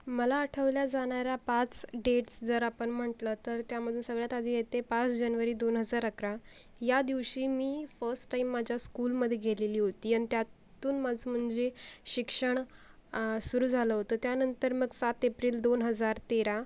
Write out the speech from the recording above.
मला आठवल्या जाणाऱ्या पाच डेट्स जर आपण म्हटलं तर त्यामध्ये सगळ्यात आधी येते पाच जनवरी दोन हजार अकरा या दिवशी मी फर्स्ट टाइम माझ्या स्कूलमध्ये गेलेली होती आणि त्यातून माझं म्हणजे शिक्षण सुरू झालं होतं त्यानंतर मग सात एप्रिल दोन हजार तेरा